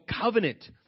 covenant